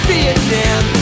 Vietnam